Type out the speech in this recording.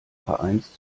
vereins